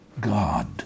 God